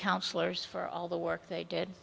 councilors for all the work they did